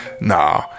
Nah